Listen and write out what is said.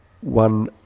one